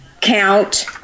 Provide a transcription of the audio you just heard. count